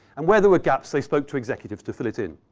and where there were gaps, they spoke to executives to fill it in.